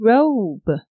Robe